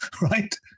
right